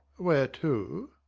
where to?